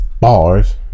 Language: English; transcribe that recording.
Bars